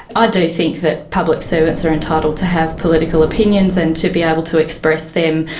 ah do think that public servants are entitled to have political opinions and to be able to express them,